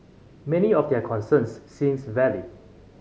many of their concerns seems valid